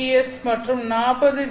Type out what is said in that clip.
S மற்றும் 40 G